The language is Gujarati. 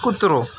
કૂતરો